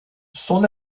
son